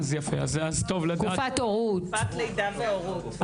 תקופת הורות.